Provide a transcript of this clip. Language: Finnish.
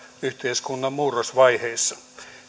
yhteiskunnan murrosvaiheissa